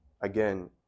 Again